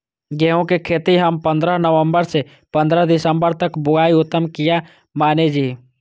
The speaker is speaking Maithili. गेहूं के खेती हम पंद्रह नवम्बर से पंद्रह दिसम्बर तक बुआई उत्तम किया माने जी?